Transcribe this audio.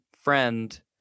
friend